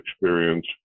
experience